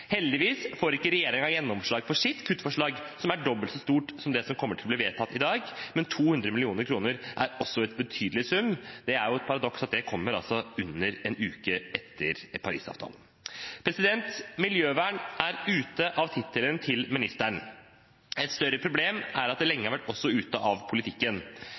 Heldigvis får ikke regjeringen gjennomslag for sitt kuttforslag, som er dobbelt så stort som det som kommer til å bli vedtatt i dag, men 200 mill. kr er også en betydelig sum. Det er jo et paradoks at det kommer under en uke etter Paris-avtalen. Miljøvern er ute av tittelen til ministeren. Et større problem er det at det også lenge har vært ute av politikken.